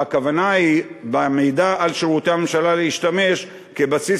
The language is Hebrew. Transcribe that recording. הכוונה במידע על שירותי הממשלה היא להשתמש כבסיס